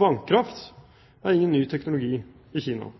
Vannkraft er ingen